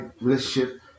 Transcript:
relationship